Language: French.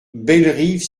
bellerive